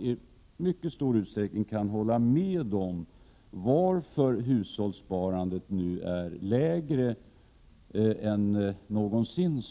i mycket stor utsträckning hålla med om slutsatserna av Rune Rydéns analys om varför hushållssparandet nu är lägre än någonsin.